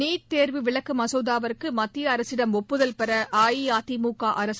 NEET தேர்வு விலக்கு மசேதாவுக்கு மத்திய அரசிடம் ஒப்புதல் பெற அஇஅதிமுக அரசு